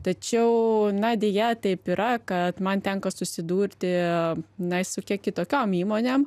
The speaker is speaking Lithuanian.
tačiau na deja taip yra kad man tenka susidurti na ir su kiek kitokiom įmonėm